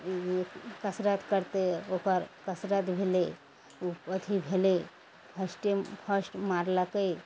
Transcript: ओ कसरत करतइ ओकर कसरत भेलय अथी भेलय फस्टे फर्स्ट मारलकइ